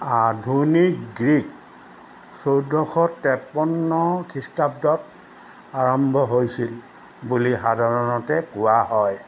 আধুনিক গ্ৰীক চৈধ্যশ তেপন্ন খ্ৰীষ্টাব্দত আৰম্ভ হৈছিল বুলি সাধাৰণতে কোৱা হয়